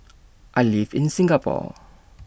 I live in Singapore